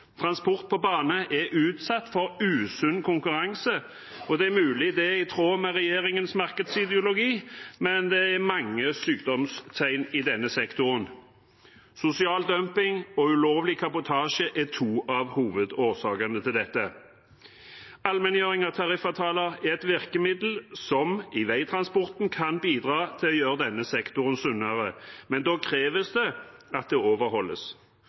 Transport på bane er utsatt for usunn konkurranse. Det er mulig det er i tråd med regjeringens markedsideologi, men det er mange sykdomstegn i denne sektoren. Sosial dumping og ulovlig kabotasje er to av hovedårsakene til dette. Allmenngjøring av tariffavtaler er et virkemiddel som for veitransporten kan bidra til å gjøre sektoren sunnere, men da kreves det at det overholdes.